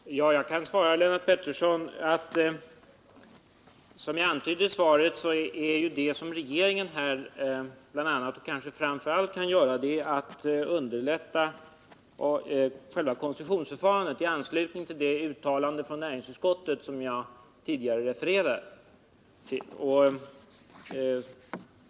Herr talman! Jag kan svara Lennart Pettersson att, som jag redan antytt, det som regeringen bl.a. och kanske framför allt kan göra är att underlätta koncessionsförfarandet i anslutning till det uttalande från näringsutskottet som jag tidigare refererade till.